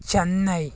Chennai